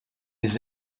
his